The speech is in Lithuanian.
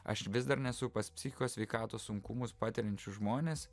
aš vis dar nesu pas psichikos sveikatos sunkumus patiriančius žmones